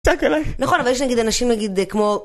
נכון אבל יש נגיד אנשים נגיד כמו